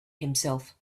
himself